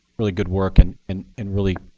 really good work. and and and really,